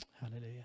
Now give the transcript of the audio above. Hallelujah